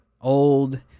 old